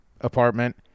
apartment